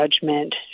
judgment